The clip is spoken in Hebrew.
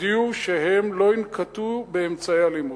הודיעו שהם לא ינקטו אמצעי אלימות.